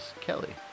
Kelly